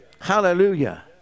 Hallelujah